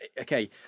okay